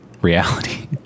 reality